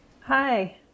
Hi